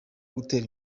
gutera